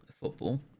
football